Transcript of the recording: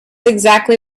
exactly